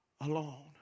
alone